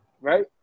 Right